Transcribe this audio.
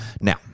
Now